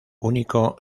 único